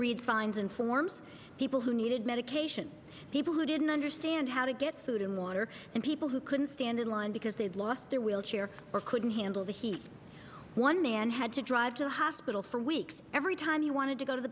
read signs and forms people who needed medication people who didn't understand how to get food and water and people who couldn't stand in line because they'd lost their wheelchair or couldn't handle the heat one man had to drive to the hospital for weeks every time he wanted to go to the